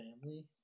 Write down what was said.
family